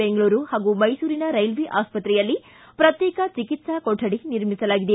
ಬೆಂಗಳೂರು ಹಾಗೂ ಮೈಸೂರಿನ ರೈಲ್ವೆ ಆಸ್ಪತ್ರೆಯಲ್ಲಿ ಪ್ರತ್ಯೇಕ ಚಿಕಿತ್ಸಾ ಕೊರಡಿ ನಿರ್ಮಿಸಲಾಗಿದೆ